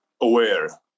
aware